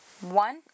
One